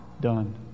done